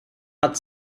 hat